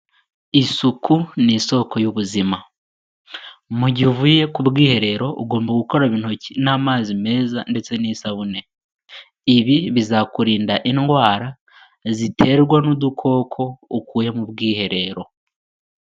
Isuku ni isoko y'ubuzima. Mu gihe uvuye ku bwiherero ugomba gukaraba intoki n'amazi meza ndetse n'isabune. Ibi bizakurinda indwara ziterwa n'udukoko ukuye mu bwiherero.